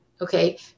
okay